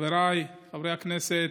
חבריי חברי הכנסת,